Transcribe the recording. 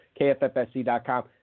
KFFSC.com